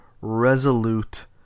resolute